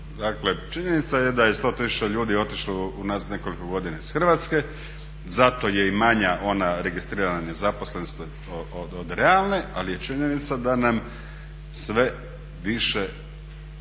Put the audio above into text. Dakle, činjenica je da je 100 tisuća ljudi otišlo unazad nekoliko godina iz Hrvatske, zato je i manja ona registrirana nezaposlenost od realne ali je činjenica da nam sve više